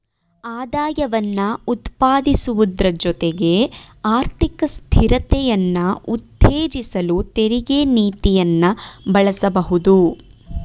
ಆದಾಯವನ್ನ ಉತ್ಪಾದಿಸುವುದ್ರ ಜೊತೆಗೆ ಆರ್ಥಿಕ ಸ್ಥಿರತೆಯನ್ನ ಉತ್ತೇಜಿಸಲು ತೆರಿಗೆ ನೀತಿಯನ್ನ ಬಳಸಬಹುದು